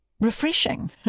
refreshing